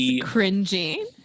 cringing-